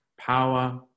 power